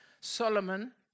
Solomon